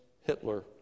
Hitler